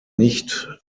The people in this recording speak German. nicht